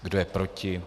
Kdo je proti?